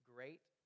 Great